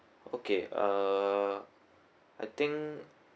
okay uh I think